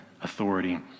authority